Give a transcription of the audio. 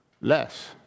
less